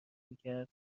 میکرد